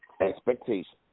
Expectation